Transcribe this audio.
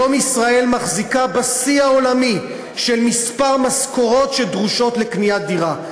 היום ישראל מחזיקה בשיא העולמי של מספר המשכורות שדרושות לקניית דירה.